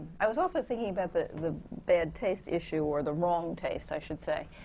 i was also thinking about the the bad taste issue, or the wrong taste, i should say.